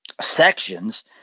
sections